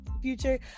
future